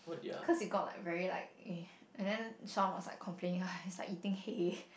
cause it got like very like eh and then Shawn was like complain it was eating like hay